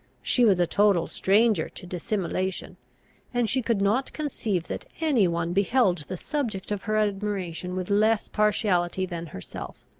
she was a total stranger to dissimulation and she could not conceive that any one beheld the subject of her admiration with less partiality than herself.